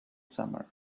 summer